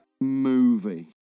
movie